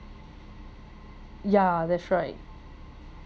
ya that's right